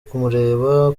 kumureba